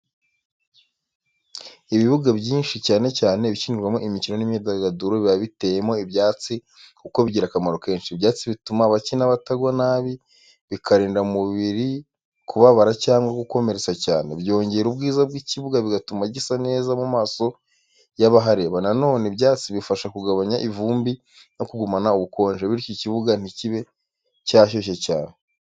Ibibuga byinshi, cyane cyane ibikinirwaho imikino n’imyidagaduro, biba biteyemo ibyatsi kuko bigira akamaro kenshi. Ibyatsi bituma abakina batagwa nabi, bikarinda umubiri kubabara cyangwa gukomeretsa cyane. Byongera ubwiza bw’ikibuga bigatuma gisa neza mu maso y’abahareba. Na none ibyatsi bifasha kugabanya ivumbi no kugumana ubukonje, bityo ikibuga ntikibe cyashyushye cyane.